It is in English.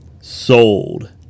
Sold